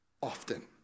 often